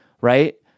right